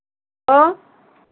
hello